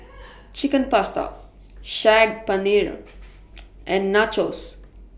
Chicken Pasta Saag Paneer and Nachos